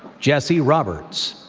jesse roberts.